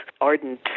ardent